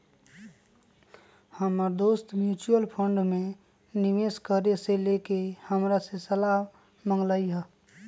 हमर दोस mutual fund में निवेश करे से लेके हमरा से सलाह मांगलय ह